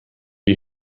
wir